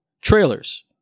trailers